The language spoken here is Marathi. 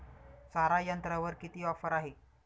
सारा यंत्रावर किती ऑफर आहे?